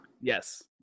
Yes